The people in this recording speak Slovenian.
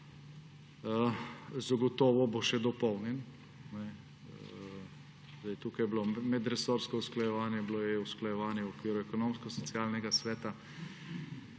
zagotovo bo še dopolnjen. Tukaj je bilo medresorsko usklajevanje, bilo je usklajevanje v okviru Ekonomsko-socialnega sveta.